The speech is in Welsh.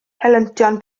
helyntion